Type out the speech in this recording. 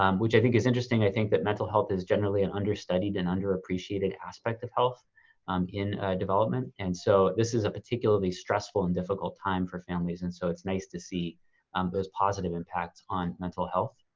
um which i think is interesting. i think that mental health is generally an understudied and underappreciated aspect of health um in a development. and so this is a particularly stressful and difficult time for families. and so it's nice to see those positive impacts on mental health.